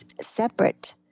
separate